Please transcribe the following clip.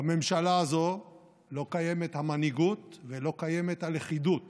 בממשלה הזו לא קיימת המנהיגות ולא קיימת הלכידות